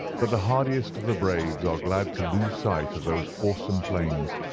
but the hardiest of the braves are glad to lose sight of those awesome plains,